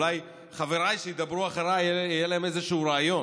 אולי לחבריי שידברו אחריי יהיה איזשהו רעיון.